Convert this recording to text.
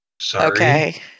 Sorry